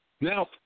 Now